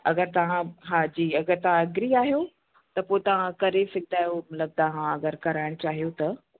अगरि तव्हां हा जी अगरि तव्हां एग्री आहियो त पोइ तव्हां करे सघंदा आयो मतिलबु तव्हां अगरि कराइणु चाहियो त